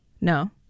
No